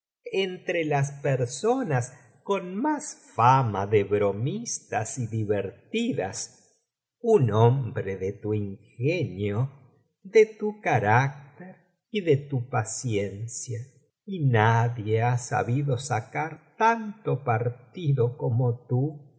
entre las personas con más fama de bromistas y divertidas un hombre de tu ingenio de tu carácter y de tu paciencia y nadie ha sabido sacar tanto partido como tú